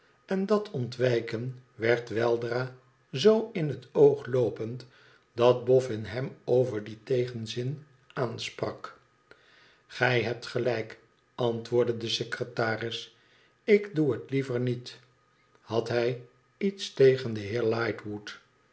en dat ontwijken werd weldra zoo in het oog loopend dat boffin hem over diep tegenzin aansprak f gij hebt gelijk antwoordde de secretaris ik doe het lieverniet had hij iets tegen den heer